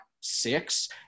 six